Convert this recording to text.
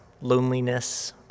loneliness